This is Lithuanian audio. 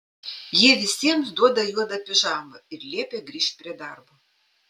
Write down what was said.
jie visiems duoda juodą pižamą ir liepia grįžt prie darbo